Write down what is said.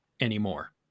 anymore